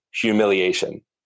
humiliation